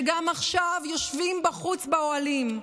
שגם עכשיו יושבים בחוץ באוהלים,